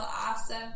awesome